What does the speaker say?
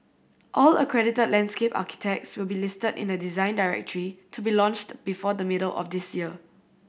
all accredited landscape architects will be listed in a Design Directory to be launched before the middle of this year